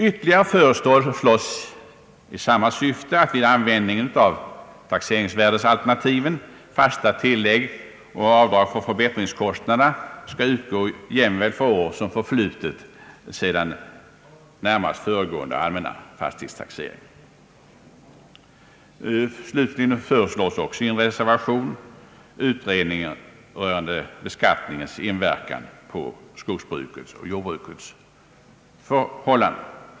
Ytterligare föreslås i samma syfte att vid användning av taxeringsvärdesalternativet fasta tillägg och avdrag för förbättringskostnaderna skall utgå jämväl för år som förflutit sedan närmast föregående allmänna fastighetstaxering. Slutligen föreslås också i en reservation utredning rörande beskattningens inverkan på skogsbrukets och jordbrukets förhållanden.